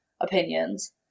opinions